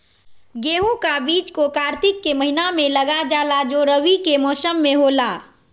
गेहूं का बीज को कार्तिक के महीना में लगा जाला जो रवि के मौसम में होला